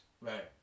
Right